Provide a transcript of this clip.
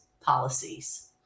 policies